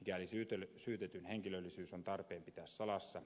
mikäli syytetyn henkilöllisyys on tarpeen pitää salassa